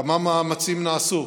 כמה מאמצים נעשו